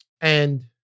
And-